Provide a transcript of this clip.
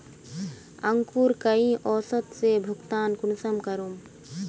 अंकूर कई औसत से भुगतान कुंसम करूम?